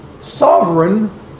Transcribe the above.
sovereign